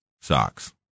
socks